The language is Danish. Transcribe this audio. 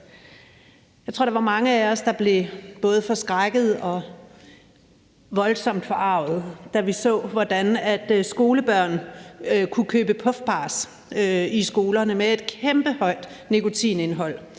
Jeg tror, der var mange af os, der blev både forskrækkede og voldsomt forargede, da vi så, hvordan skolebørn kunne købe puffbars i skolerne med et kæmpehøjt nikotinindhold,